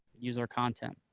use our content.